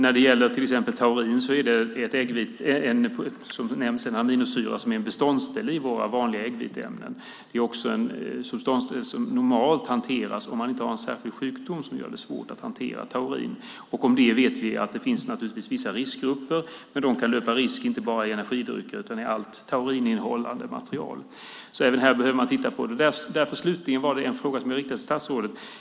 När det gäller till exempel taurin är det som nämnts en aminosyra som är en beståndsdel i våra vanliga äggviteämnen. Det är en beståndsdel som normalt hanteras om man inte har en särskild sjukdom som gör det svårt att hantera taurin. Om det vet vi att det naturligtvis finns vissa riskgrupper. Men de kan löpa risk inte bara från energidrycker utan från allt taurininnehållande material. Även här behöver man titta på det. Slutligen riktade jag en fråga till statsrådet.